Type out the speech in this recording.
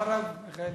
אחריו מיכאלי.